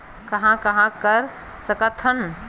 कहां कहां कर सकथन?